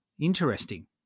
interesting